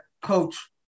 coach